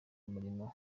umurimo